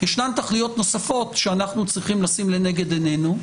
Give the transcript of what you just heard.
ישנן תכליות נוספות שאנחנו צריכים לשים לנגד עינינו,